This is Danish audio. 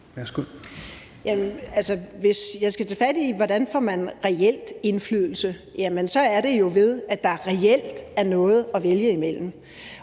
Hvis jeg skal tage fat i, hvordan man reelt får indflydelse, så er det jo ved, at der reelt er noget at vælge imellem.